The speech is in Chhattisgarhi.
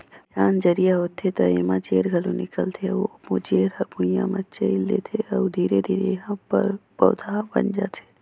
बिहान जरिया होथे त एमा जेर घलो निकलथे अउ ओ जेर हर भुइंया म चयेल देथे अउ धीरे धीरे एहा प पउधा बन जाथे